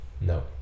No